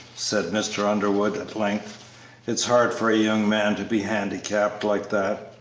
said mr. underwood, at length it's hard for a young man to be handicapped like that!